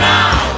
Now